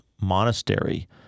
monastery